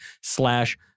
slash